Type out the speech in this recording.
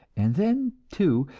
and then, too,